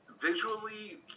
Visually